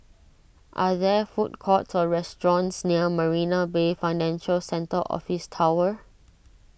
are there food courts or restaurants near Marina Bay Financial Centre Office Tower